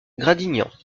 gradignan